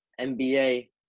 NBA